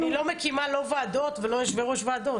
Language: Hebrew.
אני לא מקימה לא ועדות ולא יושבי-ראש ועדות.